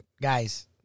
guys